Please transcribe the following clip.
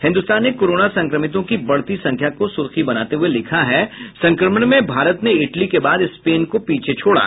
हिन्दुस्तान ने कोरोना संक्रमितों की बढ़ती संख्या को सुर्खी बनाते हुये लिखा है संक्रमण में भारत ने इटली के बाद स्पेन को पीछे छोड़ा